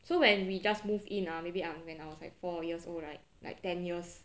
so when we just move in ah maybe when I was like four years old right like ten years